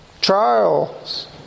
Trials